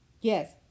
yes